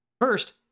First